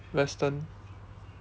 western